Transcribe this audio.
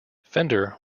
fender